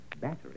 Battery